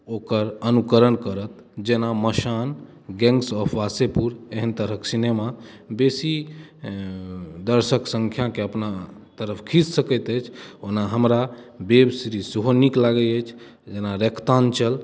ओकर अनुकरण करय जेना मसान गैंग्स ऑफ वासैपुर एहेन तरहक सिनेमा बेसी दर्शक सँख्याके अपना तरफ खीँच सकैत अछि ओना हमरा वेब सीरीज सेहो नीक लागैत अछि जेना रक्तान्चल